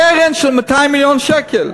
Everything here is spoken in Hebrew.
קרן של 200 מיליון שקל.